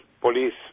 police